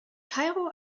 kairo